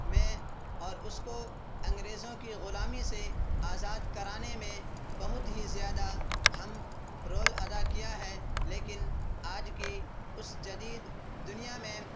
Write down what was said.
میں اور اس کو انگریزوں کی غلامی سے آزاد کرانے میں بہت ہی زیادہ اہم رول ادا کیا ہے لیکن آج کی اس جدید دنیا میں